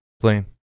Plane